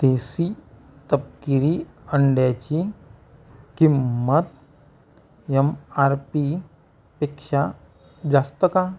देसी तपकिरी अंड्याची किंमत एमआरपीपेक्षा जास्त का